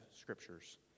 scriptures